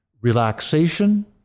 Relaxation